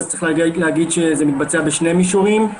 צריך להגיד שזה מתבצע בשני מישורים.